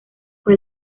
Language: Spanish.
fue